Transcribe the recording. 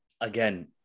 again